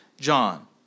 John